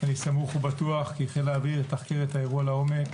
אני סמוך ובטוח שחיל האוויר יתחקר את האירוע לעומק,